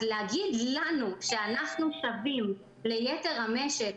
אז להגיד לנו שאנחנו שווים ליתר המשק,